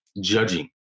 judging